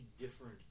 different